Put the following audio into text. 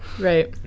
Right